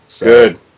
Good